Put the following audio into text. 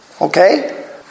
Okay